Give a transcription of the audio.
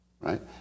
right